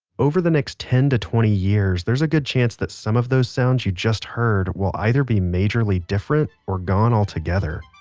over the next ten to twenty years there's a good chance that some of those sounds you just heard will be majorly different or gone altogether.